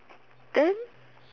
then